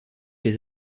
des